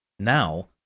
Now